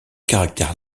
caractères